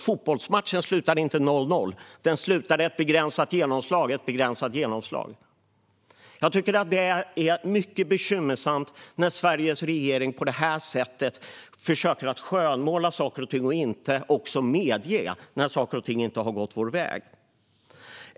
Fotbollsmatchen slutade inte 0-0; den slutade "begränsat genomslag"-"begränsat genomslag". Jag tycker att det är mycket bekymmersamt när Sveriges regering på det här sättet försöker att skönmåla i stället för att medge att saker och ting inte har gått vår väg.